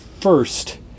first